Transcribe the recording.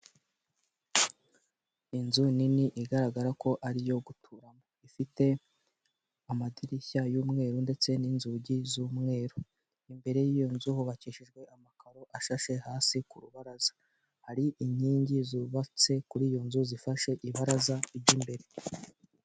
Inzu nini igaragara ko ari iyo guturamo, ifite amadirishya y'umweru ndetse n'inzugi z'umweru, imbere y'iyo nzu hubakishijwe amakaro ashashe hasi ku rubaraza, hari inkingi zubatse kuri iyo nzu zifashe ibaraza ry'imbere.